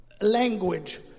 language